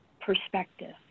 perspective